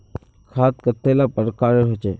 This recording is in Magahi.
खाद कतेला प्रकारेर होचे?